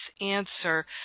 answer